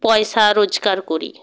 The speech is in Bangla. পয়সা রোজগার করি